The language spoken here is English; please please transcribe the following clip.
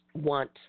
want